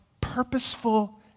purposeful